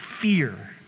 fear